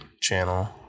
channel